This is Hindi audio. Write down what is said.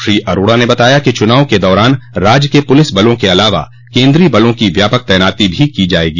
श्री अरोड़ा ने बताया कि चुनाव के दौरान राज्य के पुलिस बलों के अलावा केन्द्रीय बलों की व्यापक तैनाती भी की जायेगी